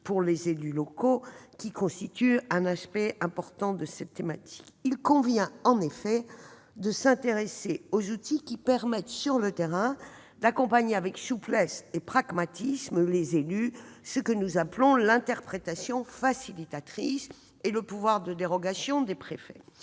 pour les élus locaux, qui constitue un aspect important de cette thématique. Il convient en effet de s'intéresser aux outils qui permettent d'accompagner avec souplesse et pragmatisme les élus sur le terrain, à savoir l'« interprétation facilitatrice » et le pouvoir de dérogation des préfets.